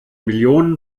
millionen